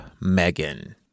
Megan